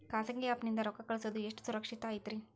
ಖಾಸಗಿ ಆ್ಯಪ್ ನಿಂದ ರೊಕ್ಕ ಕಳ್ಸೋದು ಎಷ್ಟ ಸುರಕ್ಷತಾ ಐತ್ರಿ?